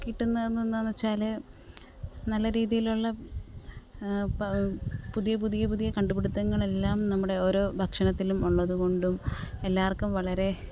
കിട്ടുന്നതെന്താന്നു വെച്ചാൽ നല്ല രീതിയിലുള്ള പുതിയ പുതിയ പുതിയ കണ്ടുപിടുത്തങ്ങളെല്ലാം നമ്മുടെ ഓരോ ഭക്ഷണത്തിലും ഉള്ളത് കൊണ്ടും എല്ലാവർക്കും വളരെ